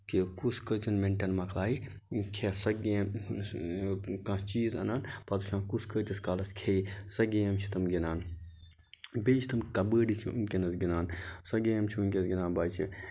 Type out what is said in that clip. کہِ کُس کٔژَن مِنٹَن مۄکلایہِ کھٮ۪تھ سۄ گیم یُس کانہہ چیٖز اَنان پَتہٕ وٕچھان کُس کۭتِس کالَس کھیٚیہِ سۄ گیم چھِ تم گِندان بیٚیہِ چھِ تم کَبٲڈِس وٕنکیٚنس گِندان سۄ گیم چھِ وٕنکیٚنس گِندان بچہِ